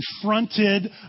confronted